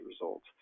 results